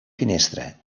finestra